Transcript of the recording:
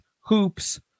hoops